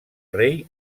rei